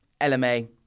LMA